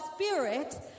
Spirit